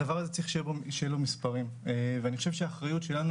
הדבר הזה צריך שיהיה לו מספרים ואני חושב שהאחריות שלנו